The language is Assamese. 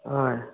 হয়